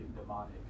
demonic